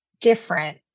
different